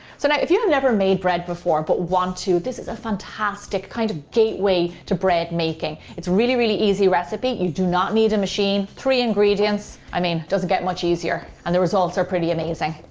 so now if you have never made bread before but want to, this is a fantastic kind of gateway to bread making. it's a really really easy recipe, you do not need a machine, three ingredients, i mean, it doesn't get much easier. and the results are pretty amazing.